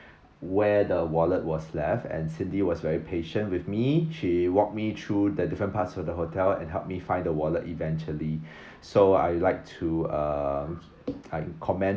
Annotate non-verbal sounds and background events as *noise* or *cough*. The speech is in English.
where the wallet was left and cindy was very patient with me she walked me through the different parts of the hotel and helped me find the wallet eventually *breath* so I'd like to uh like comment